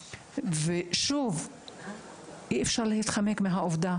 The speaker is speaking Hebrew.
ופה אנחנו מדברים רק על היסודי,